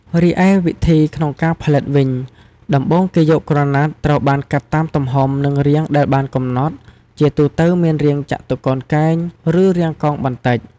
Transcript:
រីឯវិធីក្នុងការផលិតវិញ ដំបូងគេយកក្រណាត់ត្រូវបានកាត់តាមទំហំ និងរាងដែលបានកំណត់ ជាទូទៅមានរាងចតុកោណកែង ឬរាងកោងបន្តិច។